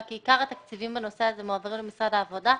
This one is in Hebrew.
כי עיקר התקציבים בנושא הזה מועברים למשרד העבודה.